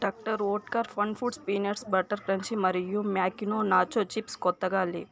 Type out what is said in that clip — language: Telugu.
doctor Oetker fun foods peanut butter crunchy మరియు మ్యాకినో నాచో చిప్స్ కొత్తగా లేవు